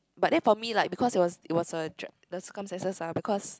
but then for me like because it was it was a dr~ the circumstances ah because